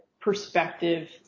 perspective